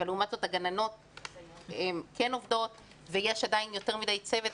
אבל לעומת זאת הגננות כן עובדות ויש עדיין יותר מדי צוות,